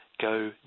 go